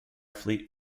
fleet